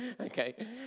Okay